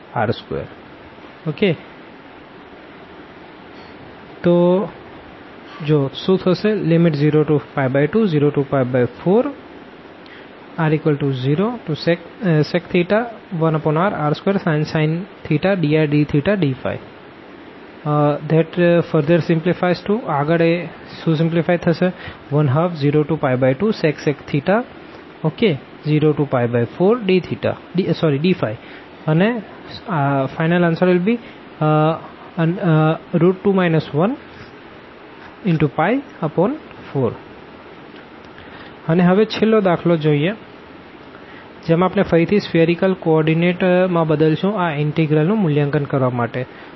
xrsin cos yrsin sin zrcos Jr2sin x2y2z2r2 0101 x2x2y211x2y2z2dzdydx 0204r0sec 1rr2sin drdθdϕ 020412θ sin dθdϕ 1202sec |04dϕ 2 14 અને હવે છેલ્લો દાખલો જેમાં આપણે ફરીથી સ્ફીઅરીકલ કો ઓર્ડીનેટ માં બદલશું આ ઇનટેગ્રલ નું મૂલ્યાંકન કરવા માટે